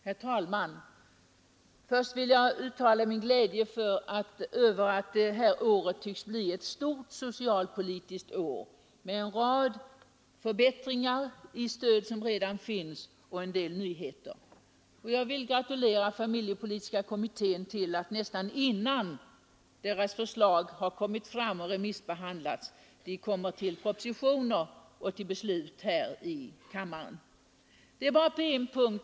Herr talman! Först vill jag uttala min glädje över att det här året tycks bli ett stort socialpolitiskt år med en rad förbättringar i stöd som redan finns och med en del nyheter. Jag gratulerar familjepolitiska kommittén till att dess förslag, innan det hunnit remissbehandlas, blev föremål för propositioner och beslut här i riksdagen.